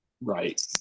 Right